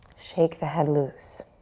shake the head loose.